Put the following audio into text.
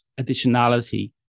additionality